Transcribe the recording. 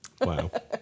Wow